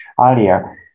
earlier